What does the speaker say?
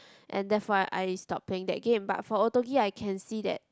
and therefore I I stop playing that game but for auto gear I can see that